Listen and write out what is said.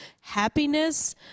happiness